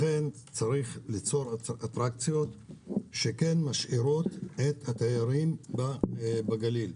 לכן צריך ליצור אטרקציות שמשאירות את התיירים בגליל.